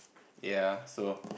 ya so